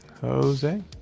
Jose